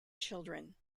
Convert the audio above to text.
children